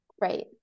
Right